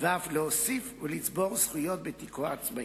ואף להוסיף ולצבור זכויות בתיקו העצמאי.